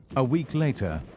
a week later,